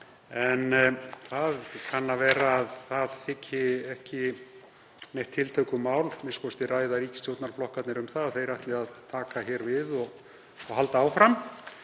En það kann að vera að það þyki ekki neitt tiltökumál, a.m.k. ræða ríkisstjórnarflokkarnir um að þeir ætli að taka hér við og halda áfram,